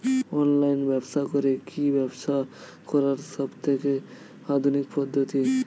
Online ব্যবসা করে কি ব্যবসা করার সবথেকে আধুনিক পদ্ধতি?